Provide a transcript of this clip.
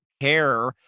care